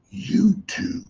YouTube